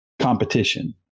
competition